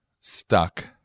stuck